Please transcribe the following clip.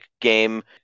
game